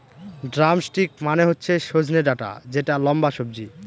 drumstick মানে হচ্ছে সজনে ডাটা যেটা লম্বা সবজি